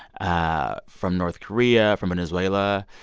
ah from north korea, from venezuela.